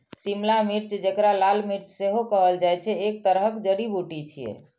शिमला मिर्च, जेकरा लाल मिर्च सेहो कहल जाइ छै, एक तरहक जड़ी बूटी छियै